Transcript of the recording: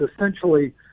essentially